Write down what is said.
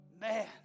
man